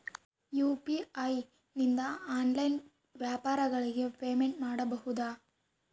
UPI ನಿಂದ online ವ್ಯಾಪಾರಗಳಿಗೆ payment ಮಾಡಬಹುದಾ?